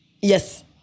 yes